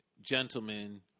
gentlemen